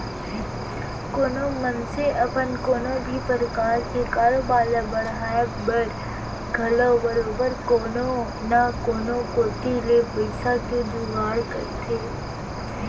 कोनो मनसे अपन कोनो भी परकार के कारोबार ल बढ़ाय बर घलौ बरोबर कोनो न कोनो कोती ले पइसा के जुगाड़ करथे